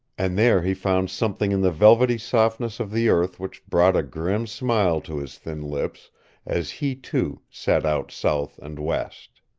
and there he found something in the velvety softness of the earth which brought a grim smile to his thin lips as he, too, set out south and west.